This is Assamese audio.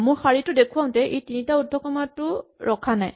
মোৰ শাৰীটো দেখুৱাওতে ই তিনিটা উদ্ধকমাটো ৰখা নাই